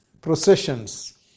processions